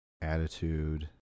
attitude